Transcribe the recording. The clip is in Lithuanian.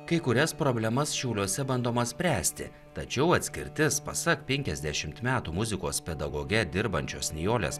kai kurias problemas šiauliuose bandoma spręsti tačiau atskirtis pasak penkiasdešimt metų muzikos pedagoge dirbančios nijolės